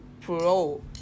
pro